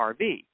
RV